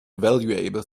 valuable